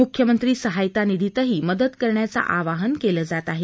मुख्यमंत्री सहायता निधीतही मदत करण्याचं आवाहन केलं जात आहे